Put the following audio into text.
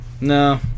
No